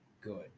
good